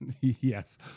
Yes